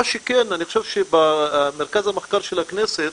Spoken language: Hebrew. מה שכן, אני חושב שבמרכז המחקר של הכנסת,